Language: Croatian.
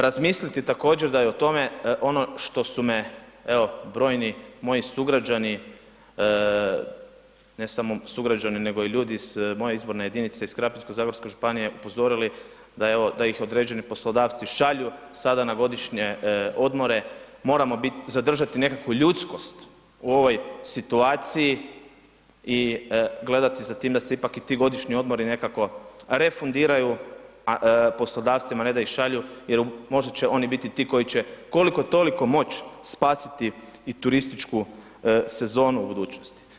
Razmisliti također da i o tome ovo što su evo brojni moji sugrađani, ne samo sugrađani nego i ljudi iz moje izborne jedinice, iz Krapinsko-zagorske županije upozorili, da ih određeni poslodavci šalju sada na godišnje odmore, moramo zadržati nekakvu ljudskost u ovoj situaciji i gledati za tim da se ipak i ti godišnji odmori nekako refundiraju poslodavcima a ne da ih šalju jer možda će oni biti ti koji će koliko-toliko moć spasiti i turističku sezonu u budućnosti.